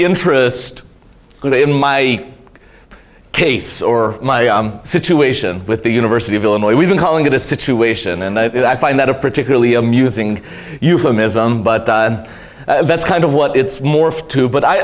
interest in my case or my situation with the university of illinois we've been calling it a situation and i find that a particularly amusing euphemism but that's kind of what it's morphed to but i